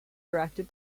directed